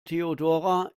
theodora